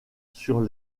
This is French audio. sur